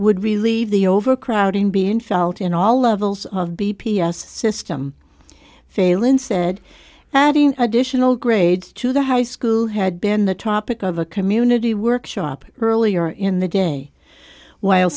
would relieve the overcrowding being felt in all levels of b p s system phailin said adding additional grades to the high school had been the topic of a community workshop earlier in the day while